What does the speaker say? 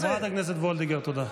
חברת הכנסת וולדיגר, תודה.